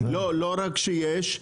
-- לא רק שיש,